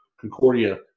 Concordia